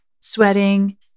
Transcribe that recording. sweating